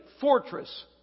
fortress